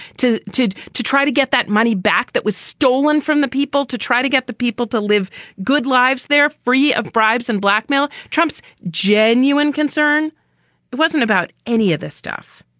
to to to try to get that money back that was stolen from the people, to try to get the people to live good lives there, free of bribes and blackmail. trump's genuine concern wasn't about any of this stuff.